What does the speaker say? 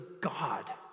God